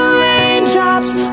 raindrops